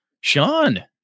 Sean